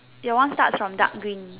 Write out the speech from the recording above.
your one starts from dark green